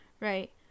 Right